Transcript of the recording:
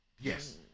Yes